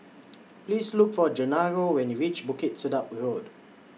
Please Look For Genaro when YOU REACH Bukit Sedap Road